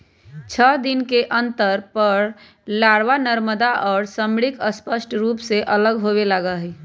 छः दिन के अंतर पर लारवा, नरमादा और श्रमिक स्पष्ट रूप से अलग होवे लगा हई